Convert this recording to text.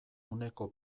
uneko